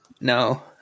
No